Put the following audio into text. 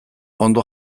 ondo